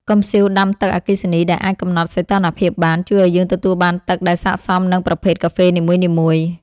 កំសៀវដាំទឹកអគ្គិសនីដែលអាចកំណត់សីតុណ្ហភាពបាន ជួយឱ្យយើងទទួលបានទឹកដែលស័ក្តិសមនឹងប្រភេទកាហ្វេនីមួយៗ។